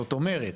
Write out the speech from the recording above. זאת אומרת,